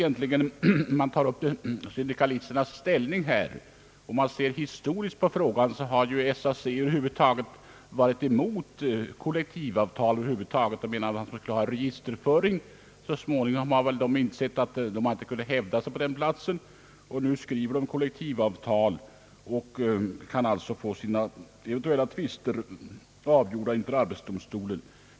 Om man tar upp syndikalisternas ställning och ser historiskt på frågan så har ju SAC varit emot kollektivavtal över huvud taget och menat att man i stället borde ha registerföring. Så småningom har väl SAC insett att det inte kunnat hävda sig på den punkten. Numera skriver SAC under kollektivavtal och kan alltså få sina eventuella tvister avgjorda inför arbetsdomstol.